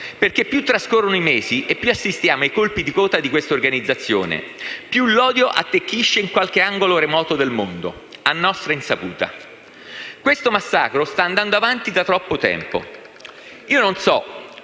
perché più trascorrono i mesi e più assistiamo ai colpi di coda di quest'organizzazione, più l'odio attecchisce in qualche angolo remoto del mondo, a nostra insaputa. Questo massacro sta andando avanti da troppo tempo. Io non so